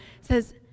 says